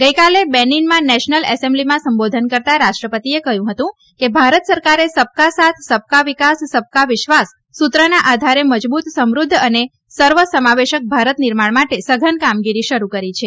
ગઇકાલે બેનીનમાં નેશનલ એસેમ્બ્લીમાં સંબોધન કરતા રાષ્ટ્રપતિએ કહ્યું હતું કે ભારત સરકારે સબકા સાથ સબકા વિકાસ સબકા વિશ્વાસ સૂત્રના આધારે મજબૂત સમૃદ્ધ અને સર્વસમાવેશક ભારત નિર્માણ માટે સઘન કામગીરી શરૂ કરી છે